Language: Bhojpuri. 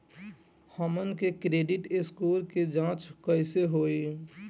हमन के क्रेडिट स्कोर के जांच कैसे होइ?